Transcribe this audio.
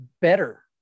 better